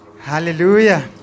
Hallelujah